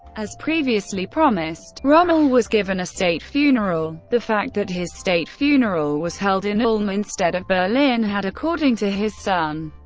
as previously promised, rommel was given a state funeral. the fact that his state funeral was held in ulm instead of berlin had, according to his son,